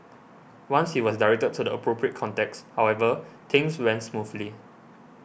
once he was directed to the appropriate contacts however things went smoothly